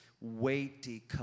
weighty